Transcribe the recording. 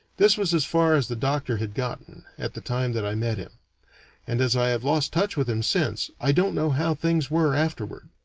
this was as far as the doctor had gotten, at the time that i met him and as i have lost touch with him since, i don't know how things were afterward.